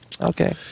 okay